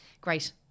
Great